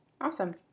Awesome